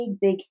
big